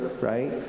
right